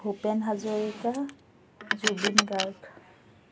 Bhupen Hazarika Zubeen Garg